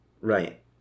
Right